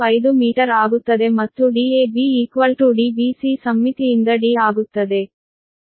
015 metre ಆಗುತ್ತದೆ ಮತ್ತು Dab Dbc ಸಮ್ಮಿತಿಯಿಂದ D ಆಗುತ್ತದೆ